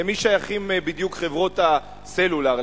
למי שייכות בדיוק חברות הסלולר,